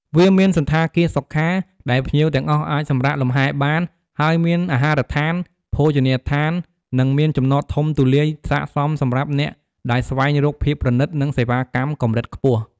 វាមានសណ្ឋាគារសុខា ដែលភ្ញៀវទាំងអស់អាចសម្រាកលំហែរបាន ហើយមានអាហារដ្ឋាន ភោជនីយដ្ឋាននិងមានចំណតធំទូលាយស័ក្តិសមសម្រាប់អ្នកដែលស្វែងរកភាពប្រណីត និងសេវាកម្មកម្រិតខ្ពស់។